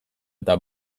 eta